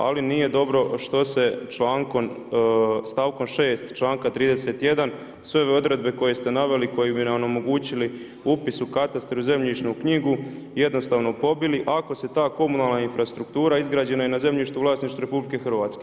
Ali nije dobro što se člankom, stavkom 6., članka 31. sve ove odredbe koje ste naveli i koji bi nam omogućili upis u katastar i zemljišnu knjigu jednostavno pobili ako se ta komunalna infrastruktura izgrađena je na zemljištu u vlasništvu RH.